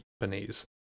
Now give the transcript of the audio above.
companies